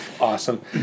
awesome